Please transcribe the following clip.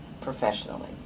professionally